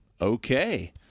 okay